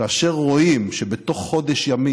כאשר רואים שבתוך חודש ימים,